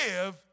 live